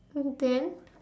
then